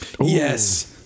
Yes